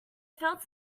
felt